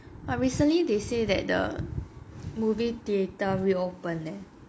but recently they say that the movie theatre reopened leh